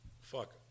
fuck